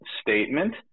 statement